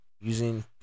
using